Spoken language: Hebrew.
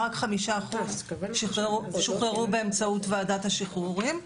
רק 5% שוחררו באמצעות ועדת שחרורים,